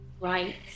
right